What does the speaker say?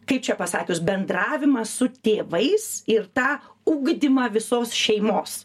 kaip čia pasakius bendravimą su tėvais ir tą ugdymą visos šeimos